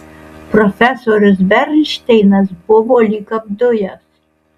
profesorius bernšteinas buvo lyg apdujęs